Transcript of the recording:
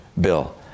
bill